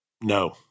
No